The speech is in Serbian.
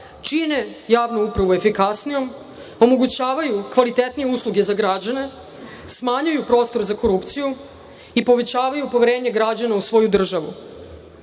čine javnu upravu efikasnijom, omogućavaju kvalitetnije usluge za građane, smanjuju prostor za korupciju i povećavaju poverenje građana u svoju